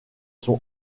sont